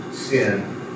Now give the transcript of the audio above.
sin